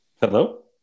Hello